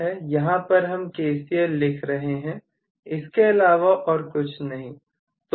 यहां पर हम KCL लिख रहे हैं इसके अलावा और कुछ नहीं